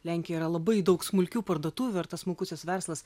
lenkija yra labai daug smulkių parduotuvių ar tas smulkusis verslas